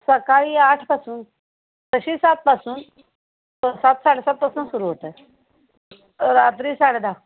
सकाळी आठपासून तशी सातपासून सात साडे सातपासून सुरू होतं रात्री साडे दहा